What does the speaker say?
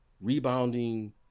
rebounding